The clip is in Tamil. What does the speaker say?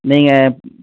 நீங்கள்